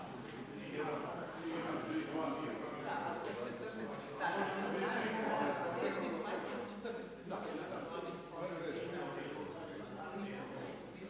Hvala